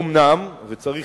אומנם, וצריך